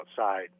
outside